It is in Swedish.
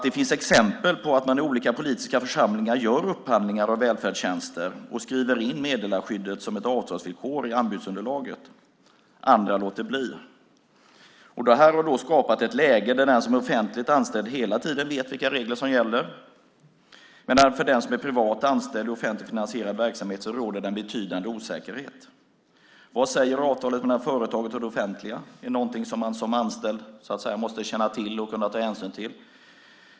Det finns exempel på att man i en del politiska församlingar gör upphandlingar av välfärdstjänster och skriver in meddelarskyddet som ett avtalsvillkor i anbudsunderlaget; andra låter bli. Det har skapat ett läge där den som är offentligt anställd hela tiden vet vilka regler som gäller, medan det för den som är privat anställd i offentligt finansierad verksamhet råder en betydande osäkerhet. Vad säger avtalet mellan företaget och det offentliga? Det är något som man som anställd måste känna till och kunna ta hänsyn till.